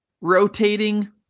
rotating